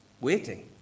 waiting